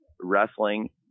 wrestling